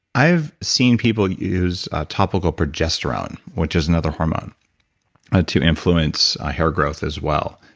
i've seen people use topical progesterone which is another hormone ah to influence hair growth as well.